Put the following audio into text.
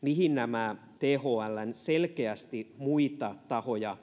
mihin nämä thln selkeästi muita tahoja